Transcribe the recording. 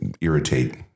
irritate